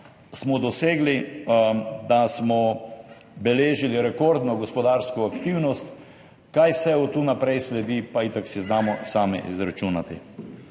smo dosegli, da smo beležili rekordno gospodarsko aktivnost, kaj vse od tu naprej sledi, pa si itak znamo sami izračunati.